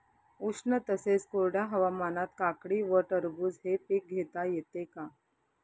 उष्ण तसेच कोरड्या हवामानात काकडी व टरबूज हे पीक घेता येते का?